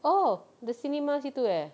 oh the cinema situ eh